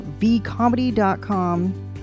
vcomedy.com